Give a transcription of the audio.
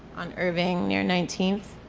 on irving near nineteenth.